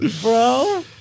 Bro